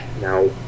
now